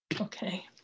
Okay